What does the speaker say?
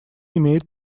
имеет